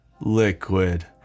liquid